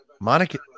Monica